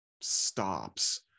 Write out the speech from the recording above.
stops